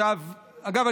אגב,